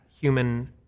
human